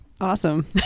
Awesome